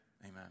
amen